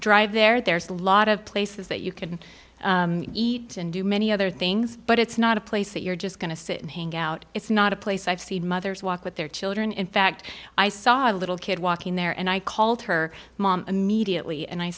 drive there there's a lot of places that you can eat and do many other things but it's not a place that you're just going to sit and hangout it's not a place i've seen mothers walk with their children in fact i saw a little kid walking there and i called her mom immediately and i